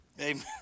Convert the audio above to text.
Amen